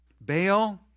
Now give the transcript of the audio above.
Baal